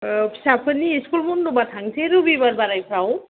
औ फिसाफोरनि स्कुल बन्दबा थांसै रबिबार बारायफ्राव